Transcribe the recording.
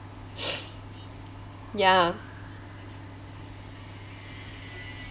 ya